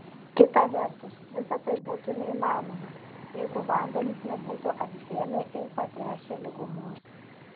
kita vertus visa tai būtų neįmanoma jeigu vandenys nebūtų apsėmę ir patręšę lygumos